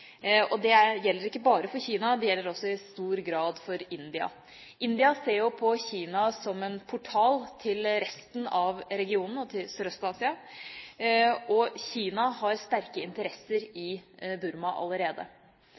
Det gjelder ikke bare for Kina, det gjelder også i stor grad for India. India ser på Kina som en portal til resten av regionen og til Sørøst-Asia, og Kina har sterke interesser i Burma allerede.